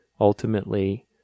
Ultimately